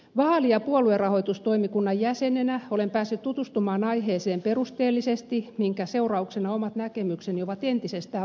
vaali ja puoluerahoitustoimikunnan jäsenenä olen päässyt tutustumaan aiheeseen perusteellisesti minkä seurauksena omat näkemykseni ovat entisestään vahvistuneet